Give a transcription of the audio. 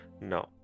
No